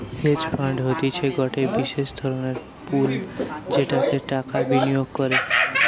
hedge fund হতিছে গটে বিশেষ ধরণের পুল যেটাতে টাকা বিনিয়োগ করে